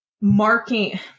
marking